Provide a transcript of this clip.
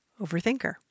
overthinker